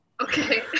Okay